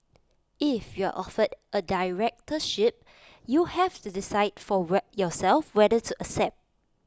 if you are offered A directorship you have to decide for yourself whether to accept